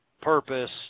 purpose